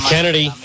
Kennedy